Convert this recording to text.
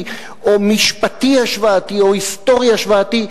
או משפטי השוואתי או היסטורי השוואתי,